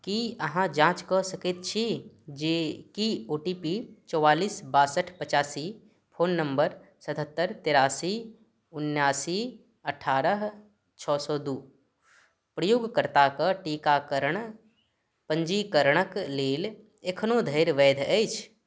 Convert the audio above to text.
की अहाँ जाँच कऽ सकै छी जे कि ओ टी पी चौआलिस बासठ पचासी फोन नम्बर सतहत्तरि तेरासी उनासी अठारह छओ सओ दुइ प्रयोगकर्ताके टीकाकरण पञ्जीकरणके लेल एखनोधरि वैध अछि